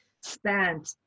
spent